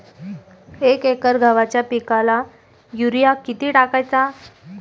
एक एकर गव्हाच्या पिकाला युरिया किती टाकायचा?